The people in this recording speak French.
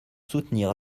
soutenir